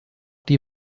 die